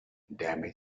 damage